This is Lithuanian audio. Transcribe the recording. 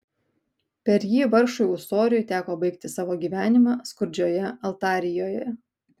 per jį vargšui ūsoriui teko baigti savo gyvenimą skurdžioje altarijoje